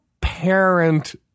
parent